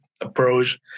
approach